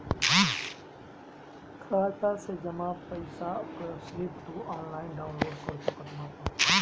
खाता से जमा पईसा कअ स्लिप तू ऑनलाइन डाउन लोड कर सकत बाटअ